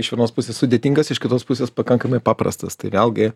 iš vienos pusės sudėtingas iš kitos pusės pakankamai paprastas tai vėlgi